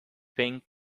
pink